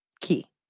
Key